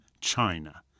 China